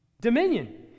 Dominion